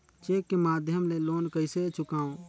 Cheque के माध्यम ले लोन कइसे चुकांव?